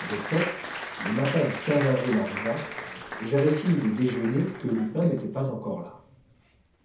de fait le matin du avril arriva et j'avais fini de déjeuner que lupin n'était pas encore là